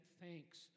thanks